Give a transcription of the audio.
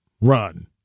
run